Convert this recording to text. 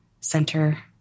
center